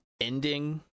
ending